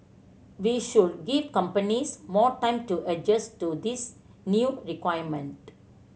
we should give companies more time to adjust to this new requirement